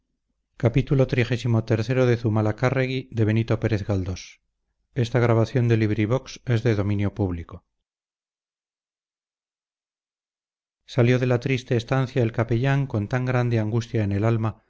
salió de la triste estancia el capellán con tan grande angustia en el alma